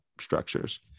structures